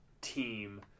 team